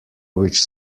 which